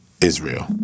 Israel